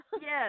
Yes